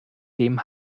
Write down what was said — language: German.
dem